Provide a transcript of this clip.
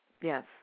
Yes